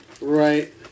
Right